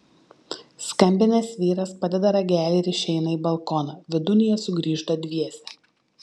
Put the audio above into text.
skambinęs vyras padeda ragelį ir išeina į balkoną vidun jie sugrįžta dviese